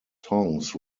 songs